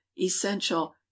essential